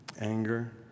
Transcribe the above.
anger